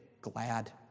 glad